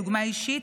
דוגמה אישית,